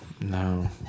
No